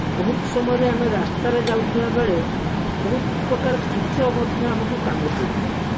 ବହୁତ ସମୟରେ ଆମେ ରାସ୍ତାରେ ଯାଉଥିବା ବେଳେ ବହୁତ ପକାର କୀଟ ମଧ୍ୟ ଆମକୁ କାମୁଡ଼ି ଦେଇଥାନ୍ତି